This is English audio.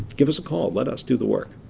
give us a call, let us do the work.